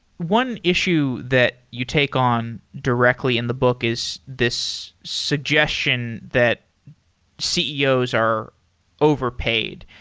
one issue that you take on directly in the book is this suggestion that ceos are overpaid.